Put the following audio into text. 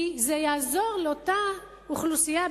כי זה יעזור לאותה אוכלוסייה,